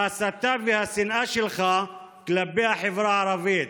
ההסתה והשנאה שלך כלפי החברה הערבית.